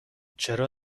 چرا